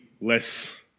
less